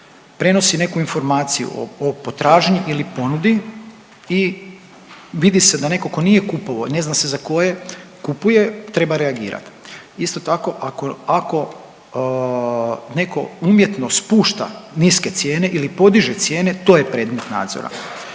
prenosi neku informaciju o potražnji ili ponudi i vidi se netko tko nije kupovao i ne zna se za koje kupuje treba reagirati. Isto tako ako netko umjetno spušta niske cijene ili podiže cijene to je predmet nadzora.